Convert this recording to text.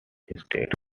states